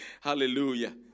Hallelujah